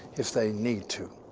if they need to.